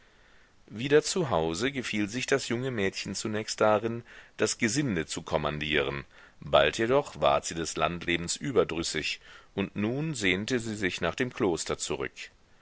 wieder zu hause gefiel sich das junge mädchen zunächst darin das gesinde zu kommandieren bald jedoch ward sie des landlebens überdrüssig und nun sehnte sie sich nach dem kloster zurück